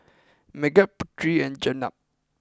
Megat Putri and Jenab